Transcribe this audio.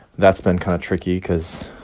that's been kind of tricky because,